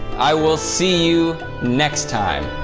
i will see you next time.